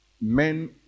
men